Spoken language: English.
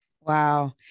Wow